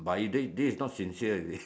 but this this is not sincere you see